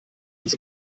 uns